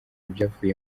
ibyavuye